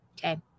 okay